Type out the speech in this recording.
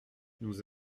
nous